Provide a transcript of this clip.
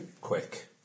quick